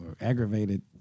aggravated